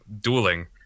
dueling